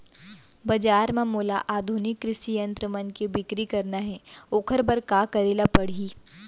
बजार म मोला आधुनिक कृषि यंत्र मन के बिक्री करना हे ओखर बर का करे ल पड़ही?